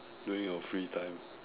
during your free time